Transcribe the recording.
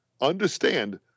understand